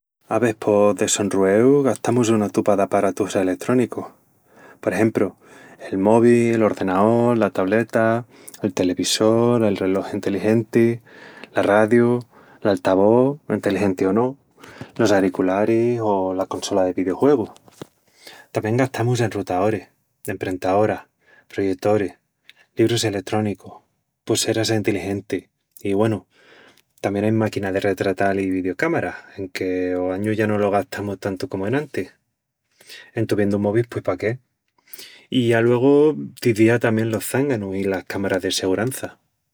Ave... pos de sonrueu gastamus una tupa d'aparatus eletrónicus. Por exempru, el mobi, l'ordenaol, la tableta, el televisol, el relós enteligenti, l'arradiu, l'altavós (enteligenti o no), los aricularis o la consola de vidiujuegus. Tamién gastamus enrutaoris, emprentaoras, proyetoris, librus eletrónicus, pusseras enteligentis, i güenu, tamién ain máquinas de retratal i vidiucámaras, enque ogañu ya no los gastamus tantu como enantis... En tuviendu mobis pui pa qué? I aluegu, t'izía tamién los zanganus i las cámaras de segurança,....